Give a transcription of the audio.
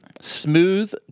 smooth